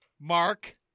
mark